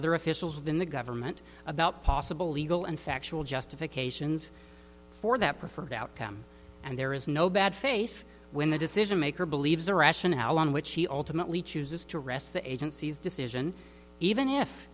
other officials within the government about possible legal and factual justifications for that preferred outcome and there is no bad face when the decision maker believes the rationale on which he ultimately chooses to rest the agency's decision even if